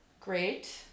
great